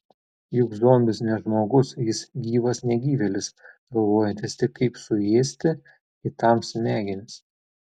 juk zombis ne žmogus jis gyvas negyvėlis galvojantis tik kaip suėsti kitam smegenis